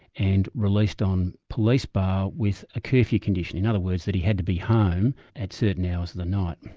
and released on police bail ah with a curfew condition in other words, that he had to be home at certain hours of the night.